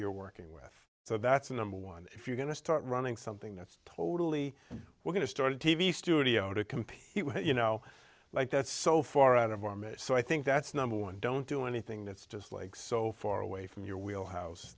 you're working with so that's a number one if you're going to start running something that's totally we're going to start a t v studio to compete you know like that's so far out of the army so i think that's number one don't do anything that's just like so far away from your wheel house